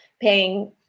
paying